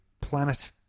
planet